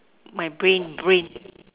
my brain brain